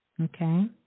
Okay